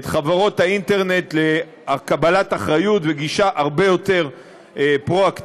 את חברות האינטרנט לקבלת אחריות וגישה הרבה יותר פרואקטיבית,